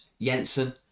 Jensen